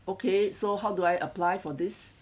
okay so how do I apply for this